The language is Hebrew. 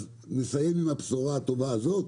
אז נסיים עם הבשורה הטובה הזאת.